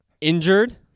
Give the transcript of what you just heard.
injured